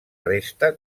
resta